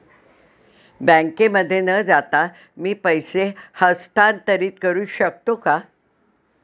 बँकेमध्ये न जाता मी पैसे हस्तांतरित करू शकतो का?